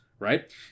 Right